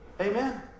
Amen